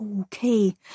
Okay